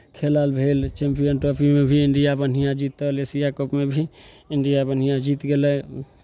खेला भेल चैम्पियन ट्रॉफीमे भी इंडिया बढ़िआँ जीतल एशिया कपमे भी इंडिया बढ़िआँ जीत गेलै